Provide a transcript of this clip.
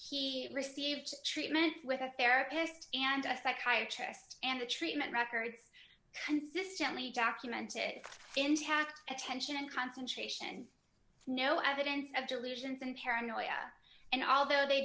he received treatment with a therapist and a psychiatrist and the treatment records consistently documented intact attention and concentration no evidence of delusions and paranoia and although they